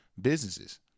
businesses